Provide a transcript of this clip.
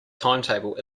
timetable